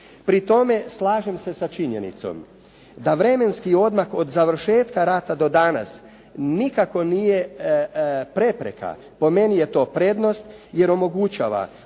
Pri tome, slažem se sa činjenicom da vremenski odmak od završetka rata do danas nikako nije prepreka, po meni je to prednost jer omogućava